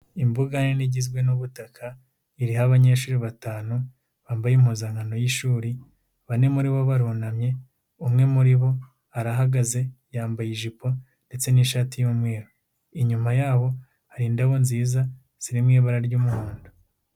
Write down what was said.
Imbuga nini igizwe n'ubutaka iriho abanyeshuri batanu bambaye impuzankano y'ishuri, bane muri bo barunamye, umwe muri bo arahagaze, yambaye ijipo ndetse n'ishati y'umweru. Inyuma yabo hari indabo nziza ziri mu ibara ry'umuhondo.